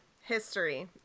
history